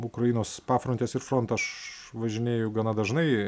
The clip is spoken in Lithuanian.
ukrainos pafrontes ir frontą aš važinėju gana dažnai